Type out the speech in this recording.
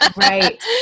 Right